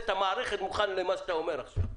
את המערכת אם הוא מוכן למה שאתה אומר עכשיו.